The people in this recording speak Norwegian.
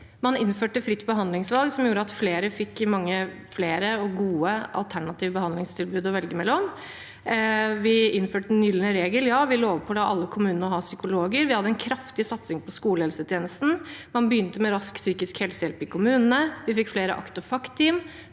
Man innførte fritt behandlingsvalg, som gjorde at flere fikk mange flere og gode alternative behandlingstilbud å velge mellom. Vi innførte den gylne regel – ja. Vi lovpåla alle kommunene å ha psykologer. Vi hadde en kraftig satsing på skolehelsetjenesten. Man begynte med rask psykisk helsehjelp i kommunene. Vi fikk flere ACT- og FACT-team.